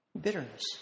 bitterness